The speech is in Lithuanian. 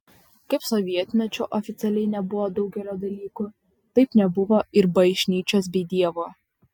kaip sovietmečiu oficialiai nebuvo daugelio dalykų taip nebuvo ir bažnyčios bei dievo